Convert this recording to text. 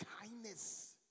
kindness